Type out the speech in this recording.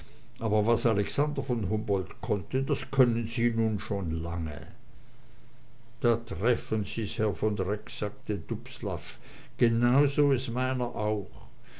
aber was alexander von humboldt konnte das können sie nun schon lange da treffen sie's herr von rex sagte dubslav genauso ist meiner auch